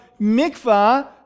mikvah